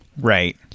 Right